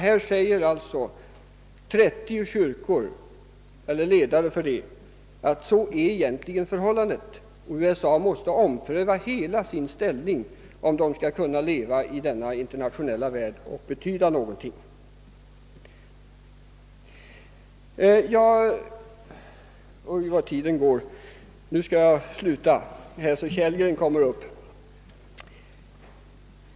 Här säger alltså ledare för 30 kyrkor, att USA bör ompröva själva fundamenten för sin ställning för att kunna leva i denna internationella värld och betyda någonting.